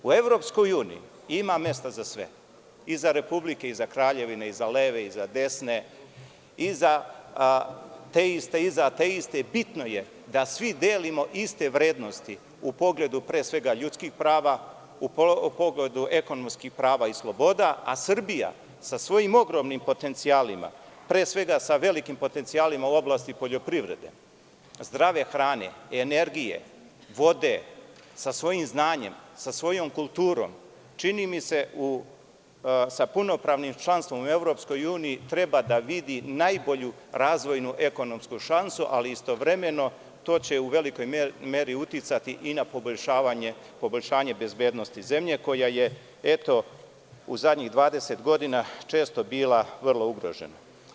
U EU ima mesta za sve, i za republike, i za kraljevine, i za leve, i za desne, i za teiste, i za ateiste, bitno je da svi delimo iste vrednosti u pogledu, pre svega, ljudskih prava, u pogledu ekonomskih prava i sloboda, a Srbija sa svojim ogromnim potencijalima, pre svega sa velikim potencijalima u oblasti poljoprivrede, zdrave hrane, energije, vode, sa svojim znanjem, sa svojom kulturom, čini mi se sa punopravnim članstvom u EU treba da vidi najbolju razvojnu ekonomsku šansu, ali istovremeno to će u velikoj meri uticati i na poboljšanje bezbednosti zemlje koja je, eto, u zadnjih 20 godina često bila vrlo ugrožena.